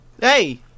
Hey